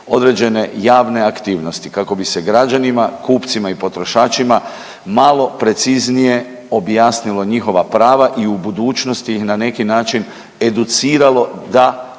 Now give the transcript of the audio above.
određene javne aktivnosti kako bi se građanima, kupcima i potrošačima malo preciznije objasnilo njihova prava i u budućnosti, na neki način, educiralo da